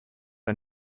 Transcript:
ein